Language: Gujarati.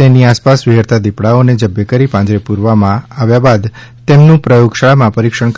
તેની આસપાસ વિહરતા દીપડાઓને જબ્બે કરી પાંજરે પુરવામાં આવ્યા બાદ તેમનું પ્રયોગ શાળામાં પરીક્ષણ કરવામાં આવ્યું હતું